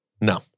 No